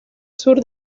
sur